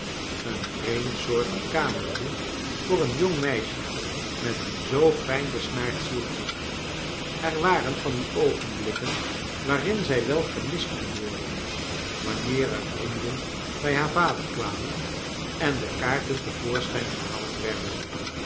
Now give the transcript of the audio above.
een vreemdsoortig kamertje voor een jong meisje met een zoo fijn besnaard zieltje er waren van die oogenblikken waar in zij wel genii st kon worden wanneer er vrienden bij haar vader kwamen en de kaarteix te voorschijn gehaald werden